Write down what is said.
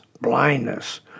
blindness